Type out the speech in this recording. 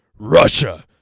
Russia